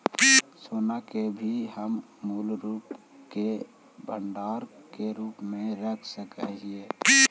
सोना के भी हम मूल्य के भंडार के रूप में रख सकत हियई